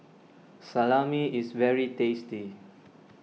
Salami is very tasty